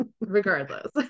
regardless